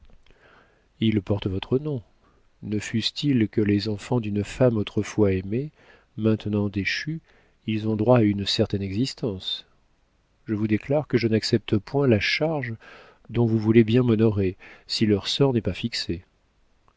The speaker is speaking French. ils portent votre nom ne fussent-ils que les enfants d'une femme autrefois aimée maintenant déchue ils ont droit à une certaine existence je vous déclare que je n'accepte point la charge dont vous voulez bien m'honorer si leur sort n'est pas fixé